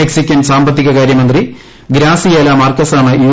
Mexican സാമ്പത്തികകാര്യ മന്ത്രി Graciela മാർക്കസാണ് യു